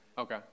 Okay